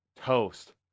toast